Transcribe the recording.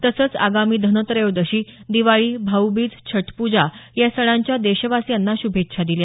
तसंच आगामी धनत्रयोदशी दिवाळी भाऊबीज छटपूजा या सणांच्या देशवासीयांना श्भेच्छा दिल्या